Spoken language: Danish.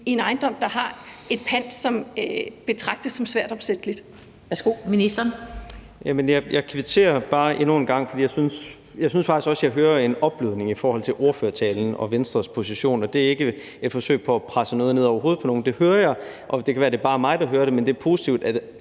(Annette Lind): Værsgo, ministeren. Kl. 17:26 Erhvervsministeren (Simon Kollerup): Jeg kvitterer bare endnu en gang, for jeg synes faktisk også, at jeg hører en opblødning i forhold til ordførertalen og Venstres position, og det er ikke et forsøg på at presse noget ned over nogen, for det hører jeg, og det kan være, at det bare er mig, der hører det, men det er positivt,